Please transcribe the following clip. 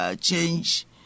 change